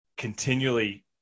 Continually